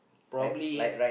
probably